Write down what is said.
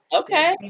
okay